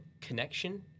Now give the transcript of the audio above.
connection